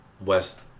West